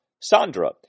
Sandra